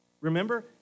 Remember